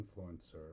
influencer